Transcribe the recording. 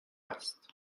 است